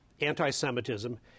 anti-Semitism